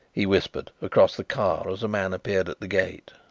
he whispered across the car, as a man appeared at the gate.